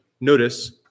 notice